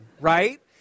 right